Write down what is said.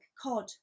cod